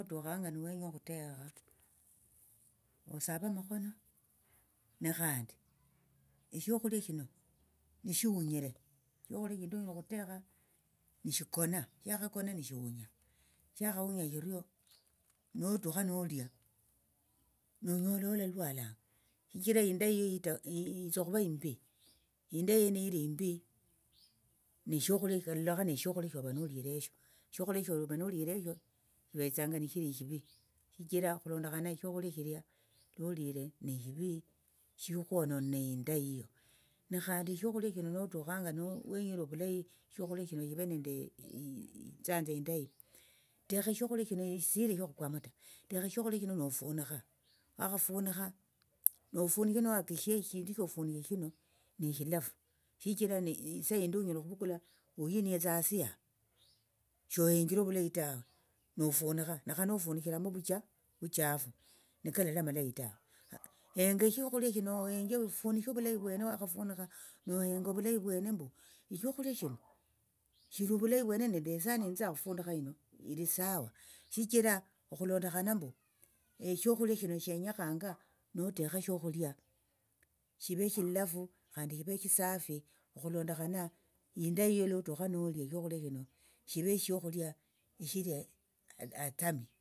Lotukhanga newenya okhutekha osave amakhono nekhandi shokhulia shino nishihunyire shokhulia shindi onyala okhutekha neshikona shakhakona nishi hunya shakhahunya shirio notukha nolia nonyola olalwalanga shichira inda yiyo ila yitsa okhuva imbi inda yiyo nilimbi nishokhulia kalolekha neshokhulia shova nolire esho shokhulia shova nolire esho shivetsanga nishili eshivi shichira okhulondokhana shokhulia shilia nolire neshivi shokhwononire inda yiyo nekhandi shokhulia shino shive nende ithanza indayi tekha shokhulia shino isi ileshe okhukwamo ta tekha shokhulia shino nofunikha wakhafunikha nofunishe niwakishie eshindu shofunishe shino neshilafu shichira isa yindi onyala okhuvukula uhiniyetsa hasi yaha shoyenjere ovulayi tawe nofunikha nekhane ofunisharamo ovucha ovuchafu nekalali amalayi tawe henga shokhulia shino ohenje ofunishe ovulayi vwene mbu shokhulia shino shiri ovulayi vwene nende esahani yetsitsanga okhudunikha hino ili sawa shichira okhulondokhana mbu eshokhulia shenyekhanga notekha shokhulia shive eshilafu khandi shive eshisafi okhulondokhana inda yiyo lotukha nolia shokhulia shino shive shokhulia eshili atsami.